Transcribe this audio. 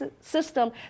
system